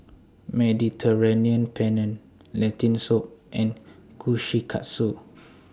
Mediterranean Penne Lentil Soup and Kushikatsu